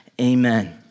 amen